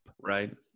Right